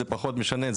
זה פחות משנה,